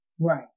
Right